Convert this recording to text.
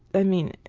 i mean,